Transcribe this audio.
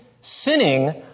sinning